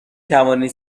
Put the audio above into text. توانید